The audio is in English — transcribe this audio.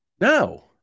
No